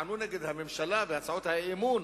טענו בהצעות האי-אמון